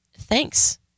Thanks